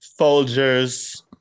Folgers